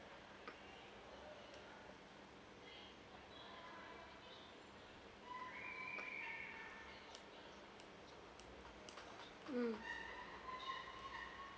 mm